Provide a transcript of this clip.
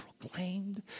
proclaimed